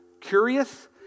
curious